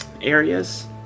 areas